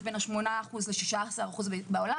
יש בין 8 ל-16 אחוז בעולם.